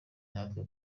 natwe